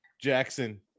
Jackson